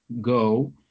go